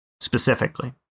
specifically